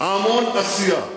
המון עשייה,